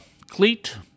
CLEAT